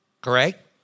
correct